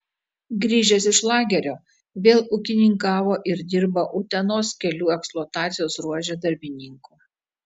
grįžęs iš lagerio vėl ūkininkavo ir dirbo utenos kelių eksploatacijos ruože darbininku